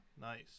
nice